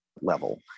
level